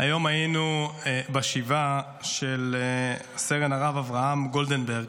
היום היינו בשבעה של סרן הרב אברהם גולדברג,